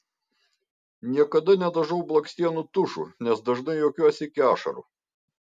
niekada nedažau blakstienų tušu nes dažnai juokiuosi iki ašarų